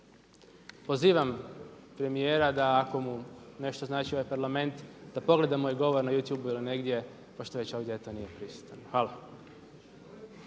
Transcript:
pozivam premijera da ako mu nešto znači ovaj Parlament, da pogleda moj govor na youtubeu ili negdje pošto već ovdje eto nije prisutan. Hvala.